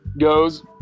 goes